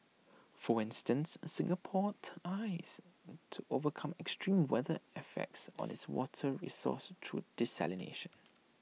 for instance Singapore ties to overcome extreme weather effects on its water resources through desalination